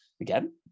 Again